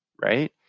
right